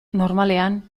normalean